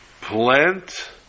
plant